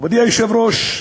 מכובדי היושב-ראש,